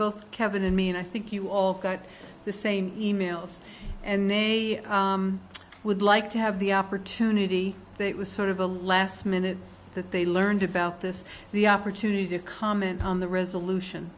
both kevin and me and i think you all got the same e mails and they would like to have the opportunity it was sort of a last minute that they learned about this the opportunity to comment on the resolution